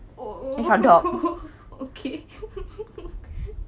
oh oh oh okay